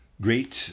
Great